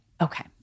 Okay